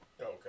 Okay